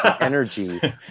energy